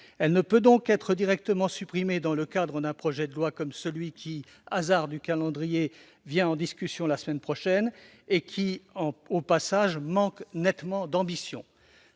elle ne peut donc être directement supprimée dans le cadre d'un projet de loi comme celui qui, hasard du calendrier, vient en discussion la semaine prochaine- et qui, au passage, manque nettement d'ambition.